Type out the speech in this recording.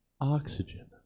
Oxygen